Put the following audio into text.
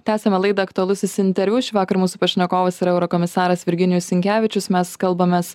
tęsiame laidą aktualusis interviu šįvakar mūsų pašnekovas yra eurokomisaras virginijus sinkevičius mes kalbamės